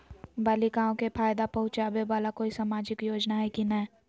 बालिकाओं के फ़ायदा पहुँचाबे वाला कोई सामाजिक योजना हइ की नय?